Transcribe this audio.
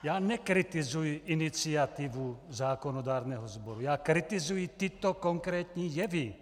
Já nekritizuji iniciativu zákonodárného sboru, já kritizuji tyto konkrétní jevy.